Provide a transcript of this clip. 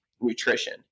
nutrition